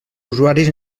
usuaris